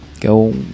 go